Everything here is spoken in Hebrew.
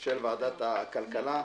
של ועדת הכלכלה.